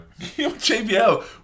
JBL